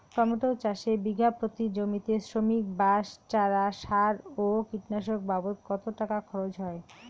Tomato চাষে বিঘা প্রতি জমিতে শ্রমিক, বাঁশ, চারা, সার ও কীটনাশক বাবদ কত টাকা খরচ হয়?